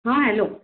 हां हॅलो